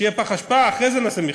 שיהיה פח אשפה, אחרי זה נעשה מיחזור.